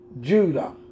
Judah